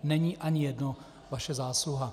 Není ani jedno vaše zásluha.